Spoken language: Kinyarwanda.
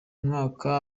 mwaka